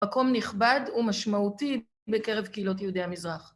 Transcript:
מקום נכבד ומשמעותי בקרב קהילות יהודי המזרח.